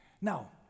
Now